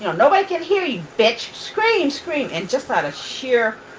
nobody can hear you, bitch. scream, scream. and just out of sheer